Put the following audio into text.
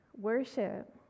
worship